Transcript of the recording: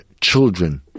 children